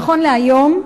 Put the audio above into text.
נכון להיום,